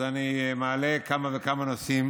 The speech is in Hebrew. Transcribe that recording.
אני מעלה כמה וכמה נושאים